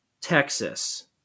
Texas